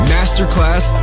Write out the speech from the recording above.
Masterclass